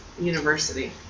university